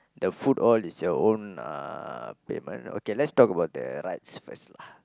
the food all is your own uh payment okay let's talk about the rides first lah